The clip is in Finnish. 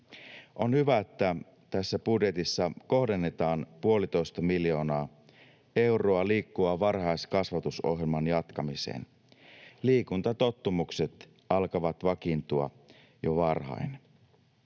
On hyvä, että tässä budjetissa kohdennetaan puolitoista miljoonaa euroa Liikkuva varhaiskasvatus ‑ohjelman jatkamiseen. Liikuntatottumukset alkavat vakiintua jo varhain.